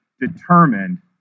determined